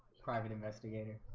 private investigator.